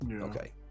okay